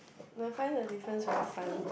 must find the difference very fun